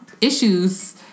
issues